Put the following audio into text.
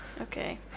okay